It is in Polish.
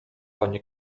panie